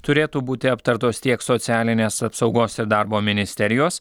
turėtų būti aptartos tiek socialinės apsaugos ir darbo ministerijos